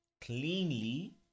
cleanly